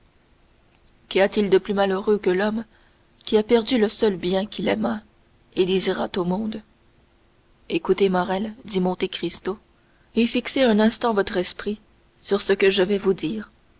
qu'y a-t-il de plus malheureux que l'homme qui a perdu le seul bien qu'il aimât et désirât au monde écoutez morrel dit monte cristo et fixez un instant votre esprit sur ce que je vais vous dire